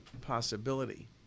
possibility